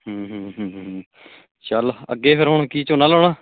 ਹੂੰ ਹੂੰ ਹੂੰ ਹੂੰ ਚੱਲ ਅੱਗੇ ਫਿਰ ਹੁਣ ਕੀ ਝੋਨਾ ਲਗਾਉਣਾ